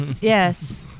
Yes